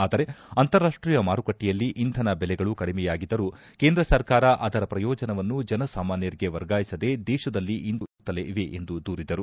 ಆದರೆ ಅಂತಾರಾಷ್ಷೀಯ ಮಾರುಕಟ್ಟೆಯಲ್ಲಿ ಇಂಧನ ಬೆಲೆಗಳು ಕಡಿಮೆಯಾಗಿದ್ದರೂ ಕೇಂದ್ರ ಸರ್ಕಾರ ಅದರ ಪ್ರಯೋಜನವನ್ನು ಜನ ಸಾಮಾನ್ಯರಿಗೆ ವರ್ಗಾಯಿಸದೆ ದೇಶದಲ್ಲಿ ಇಂಧನ ಬೆಲೆಗಳು ಏರುತ್ತಲೇ ಇವೆ ಎಂದು ದೂರಿದರು